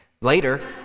later